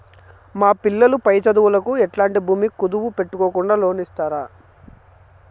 మా పిల్లలు పై చదువులకు ఎట్లాంటి భూమి కుదువు పెట్టుకోకుండా లోను ఇస్తారా